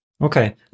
Okay